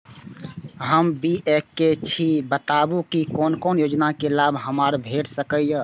हम बी.ए केनै छी बताबु की कोन कोन योजना के लाभ हमरा भेट सकै ये?